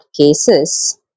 cases